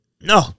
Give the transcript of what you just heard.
No